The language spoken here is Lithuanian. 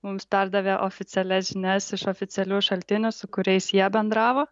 mums perdavė oficialias žinias iš oficialių šaltinių su kuriais jie bendravo